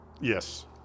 Yes